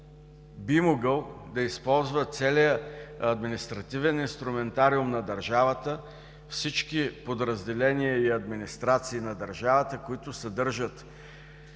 би могъл да използва целия административен инструментариум на държавата, всички подразделения и администрации на държавата, които съдържат